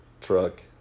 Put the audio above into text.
truck